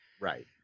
Right